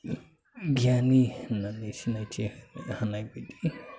गियानि होननानै सिनायथि होनो हानाय बायदि